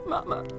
Mama